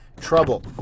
trouble